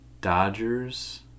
Dodgers